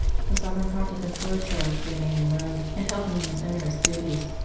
the sovereign pontiff implored charles to remain in rome and help him in his onerous duties,